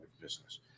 business